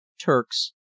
Turks